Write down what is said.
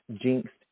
jinxed